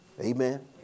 Amen